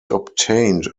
obtained